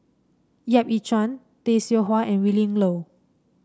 Yap Ee Chian Tay Seow Huah and Willin Low